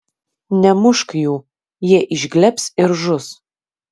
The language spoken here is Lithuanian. nemušk jų jie išglebs ir žus